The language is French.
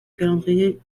calendrier